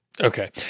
Okay